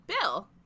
Bill